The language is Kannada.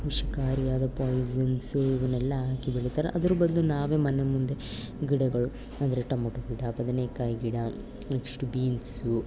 ವಿಷಕಾರಿಯಾದ ಪಾಯ್ಝನ್ಸು ಇವನ್ನೆಲ್ಲ ಹಾಕಿ ಬೆಳೀತಾರೆ ಅದ್ರ ಬದಲು ನಾವೇ ಮನೆ ಮುಂದೆ ಗಿಡಗಳು ಅಂದರೆ ಟೊಮಟೊ ಗಿಡ ಬದನೇಕಾಯಿ ಗಿಡ ನೆಕ್ಷ್ಟು ಬೀನ್ಸು